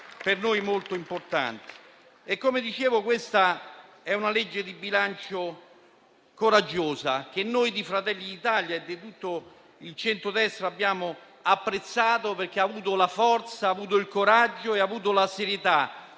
per noi sono molto importanti. Come dicevo, questa è una legge di bilancio coraggiosa, che noi di Fratelli d'Italia e di tutto il centrodestra abbiamo apprezzato, perché abbiamo avuto la forza, il coraggio e la serietà,